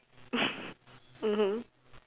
mmhmm